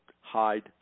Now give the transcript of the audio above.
hide